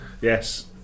Yes